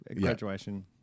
graduation